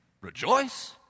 rejoice